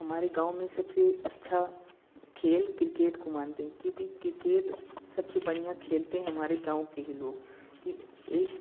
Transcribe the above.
हमारे गाँव में सबसे अच्छा खेल क्रिकेट को मनाते है क्योंकि क्रिकेट सबसे बढ़िया खेलते है हमारे गाँव के ही लोग कि एक